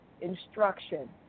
instruction